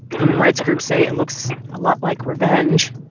human rights groups say it looks a lot like revenge,